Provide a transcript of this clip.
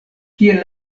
kiel